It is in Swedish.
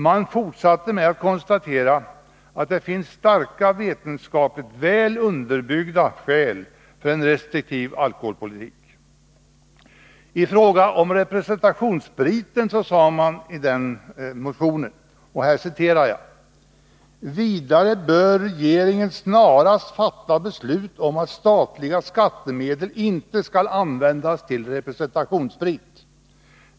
Man konstaterade att det finns starka, vetenskapligt väl underbyggda skäl för en restriktiv alkoholpolitik. I fråga om representationsspriten sade man i motionen: ”Vidare bör regeringen snarast fatta beslut om att statliga skattemedel inte skall användas för representationssprit.